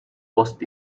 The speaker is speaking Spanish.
post